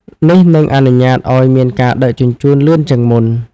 នេះនឹងអនុញ្ញាតឱ្យមានការដឹកជញ្ជូនលឿនជាងមុន។